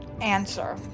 answer